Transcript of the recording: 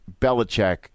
Belichick